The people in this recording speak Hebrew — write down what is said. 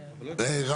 אני לא יודע